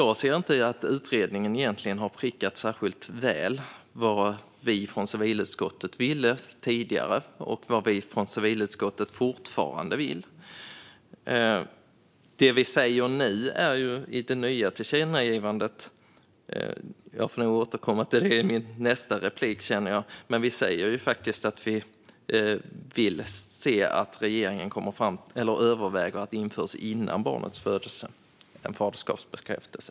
Jag ser därför inte att utredningen särskilt väl har prickat in vad vi från civilutskottet ville tidigare och vad vi fortfarande vill. Vad vi säger i det nya tillkännagivandet får jag återkomma till i mitt nästa inlägg. Men vi säger faktiskt att vi vill se att regeringen överväger att en faderskapsbekräftelse införs före barnets födelse.